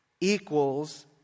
equals